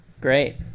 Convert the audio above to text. Great